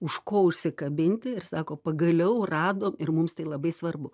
už ko užsikabinti ir sako pagaliau rado ir mums tai labai svarbu